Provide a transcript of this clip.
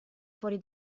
fuori